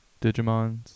Digimons